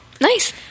Nice